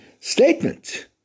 statement